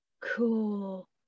cool